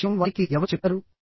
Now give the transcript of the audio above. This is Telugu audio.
ఈ విషయం వారికి ఎవరు చెప్పారు